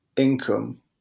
income